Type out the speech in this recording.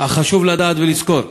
אך חשוב לדעת ולזכור: